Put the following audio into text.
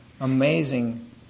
amazing